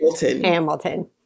Hamilton